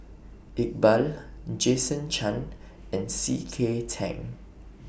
Iqbal Jason Chan and C K Tang